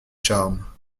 charmes